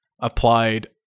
applied